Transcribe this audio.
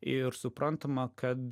ir suprantama kad